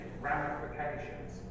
ramifications